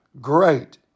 great